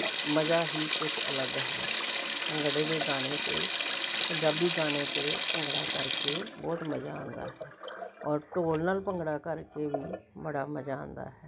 ਮਜ਼ਾ ਹੀ ਕੁਝ ਅਲੱਗ ਹੈ ਭੰਗੜੇ ਦੇ ਗਾਣੇ ਅਤੇ ਪੰਜਾਬੀ ਗਾਣੇ 'ਤੇ ਭੰਗੜਾ ਕਰਕੇ ਬਹੁਤ ਮਜ਼ਾ ਆਉਂਦਾ ਹੈ ਔਰ ਢੋਲ ਨਾਲ ਭੰਗੜਾ ਕਰਕੇ ਵੀ ਬੜਾ ਮਜ਼ਾ ਆਉਂਦਾ ਹੈ